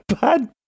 bad